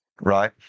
Right